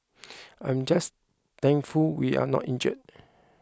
I am just thankful we are not injured